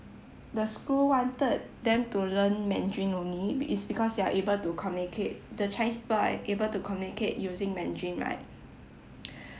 the school wanted them to learn mandarin only is because they are able to communicate the chinese people are able to communicate using mandarin right